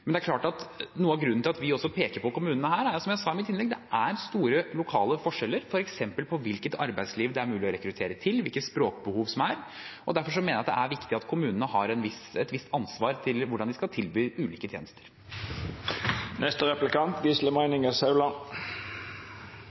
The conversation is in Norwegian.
Det er klart at noe av grunnen til at vi også peker på kommunene, er, som jeg sa i mitt innlegg, at det er store lokale forskjeller, f.eks. når det gjelder hvilket arbeidsliv det er mulig å rekruttere til, hvilket språkbehov det er. Derfor mener jeg det er viktig at kommunene har et visst ansvar for hvordan de skal tilby ulike tjenester.